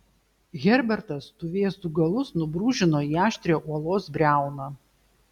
herbertas tų vėzdų galus nubrūžino į aštrią uolos briauną